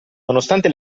nonostante